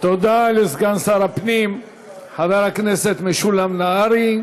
זה באמת נשמע כאילו התלונה לא מעניינת את הרשויות או לא מעניינת את